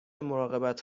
مراقبت